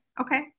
Okay